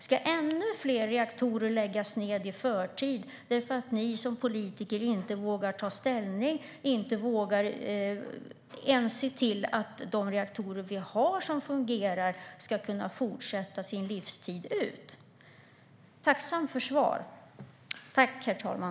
Ska ännu fler reaktorer läggas ned i förtid för att ni som politiker inte vågar ta ställning eller ens se till att de reaktorer vi har som fungerar ska kunna fortsätta sin livstid ut? Jag vore tacksam för svar.